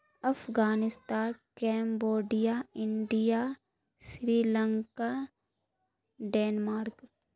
Afghanistan Cambodia India Sri Lanka Denmark